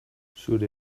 zure